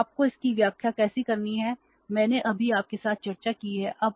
और आपको इसकी व्याख्या कैसे करनी है मैंने अभी आपके साथ चर्चा की है